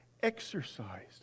exercised